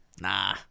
Nah